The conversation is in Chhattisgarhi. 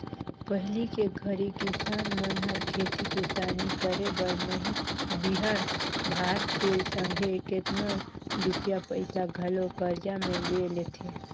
पहिली के घरी किसान मन हर खेती किसानी करे बर बीहन भात के संघे केतनो रूपिया पइसा घलो करजा में ले लेथें